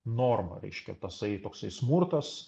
norma reiškia tasai toksai smurtas